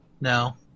No